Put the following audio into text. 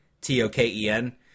T-O-K-E-N